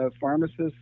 Pharmacists